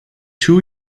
two